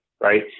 right